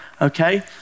Okay